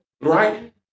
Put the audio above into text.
Right